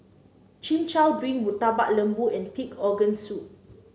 Chin Chow Drink Murtabak Lembu and Pig Organ Soup